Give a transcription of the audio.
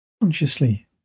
Consciously